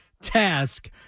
task